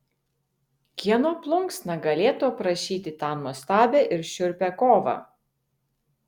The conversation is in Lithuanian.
kieno plunksna galėtų aprašyti tą nuostabią ir šiurpią kovą